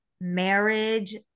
marriage